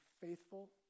faithful